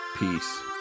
peace